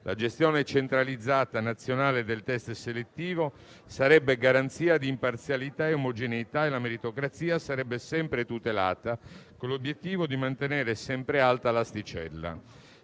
La gestione centralizzata nazionale del test selettivo sarebbe garanzia di imparzialità ed omogeneità e la meritocrazia sarebbe sempre tutelata, con l'obiettivo di mantenere sempre "alta l'asticella".